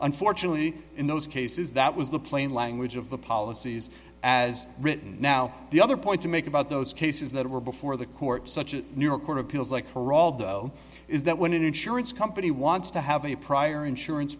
unfortunately in those cases that was the plain language of the policies as written now the other point to make about those cases that were before the court such a new york court of appeals heraldo is that when an insurance company wants to have a prior insurance